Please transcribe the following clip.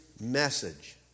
message